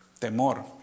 Temor